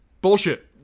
Bullshit